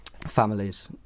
families